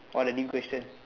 oh the new question